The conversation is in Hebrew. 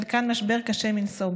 חלקן, למשבר קשה מנשוא.